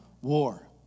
War